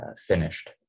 finished